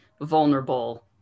vulnerable